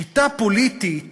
שליטה פוליטית